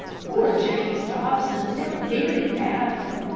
poor james dobson felt very badly.